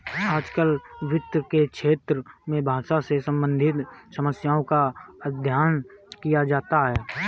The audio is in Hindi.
आजकल वित्त के क्षेत्र में भाषा से सम्बन्धित समस्याओं का अध्ययन किया जाता है